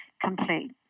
complete